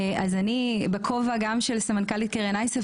אני בכובע גם של סמנכ"לית קרן אייסף